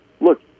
look